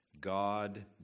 God